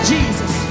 Jesus